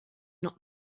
not